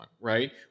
right